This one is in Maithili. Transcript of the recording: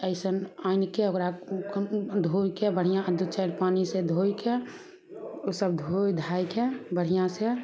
अइ सन आनिके ओकरा धोयके बढ़िऑं दू चारि पानि से धोयके ओ सब धोय धायके बढ़िऑं से